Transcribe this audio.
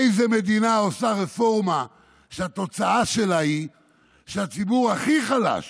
איזו מדינה עושה רפורמה שהתוצאה שלה היא שהציבור הכי חלש